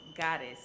goddess